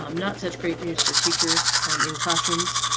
um not such great news for teachers in classrooms,